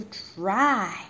try